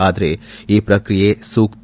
ಆದರೆ ಈ ಪ್ರಕ್ರಿಯೆ ಸೂಕ್ತ